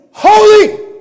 holy